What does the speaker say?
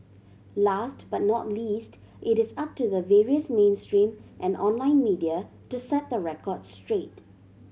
last but not least it is up to the various mainstream and online media to set the record straight